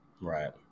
right